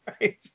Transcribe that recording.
Right